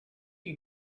you